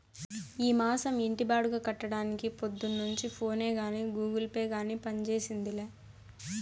ఈ మాసం ఇంటి బాడుగ కట్టడానికి పొద్దున్నుంచి ఫోనే గానీ, గూగుల్ పే గానీ పంజేసిందేలా